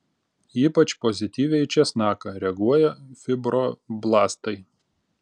ypač pozityviai į česnaką reaguoja fibroblastai